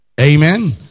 Amen